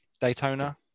Daytona